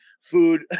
food